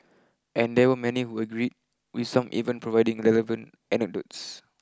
and there were many who agree with some even providing relevant anecdotes